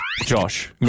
Josh